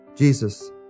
Jesus